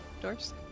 doors